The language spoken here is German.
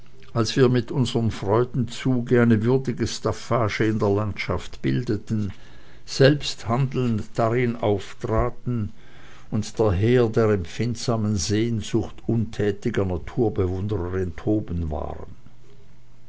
als wir mit unserm freudenzuge eine würdige staffage in der landschaft bildeten selbst handelnd darin auftraten und daher der empfindsamen sehnsucht untätiger naturbewunderer enthoben waren